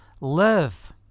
live